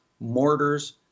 mortars